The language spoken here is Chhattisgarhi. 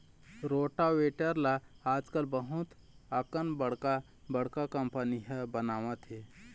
रोटावेटर ल आजकाल बहुत अकन बड़का बड़का कंपनी ह बनावत हे